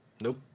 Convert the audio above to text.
Nope